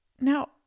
Now